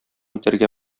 итәргә